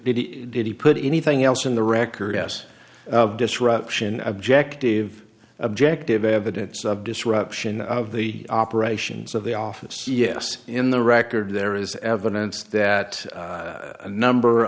it did he put anything else in the record yes disruption objective objective evidence of disruption of the operations of the office yes in the record there is evidence that a number